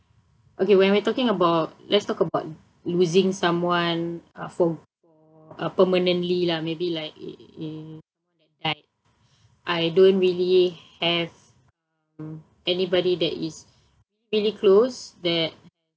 okay when we're talking about let's talk about losing someone uh for uh permanently lah maybe like a~ I I don't really have um anybody that is really close that